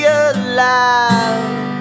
alive